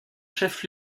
chef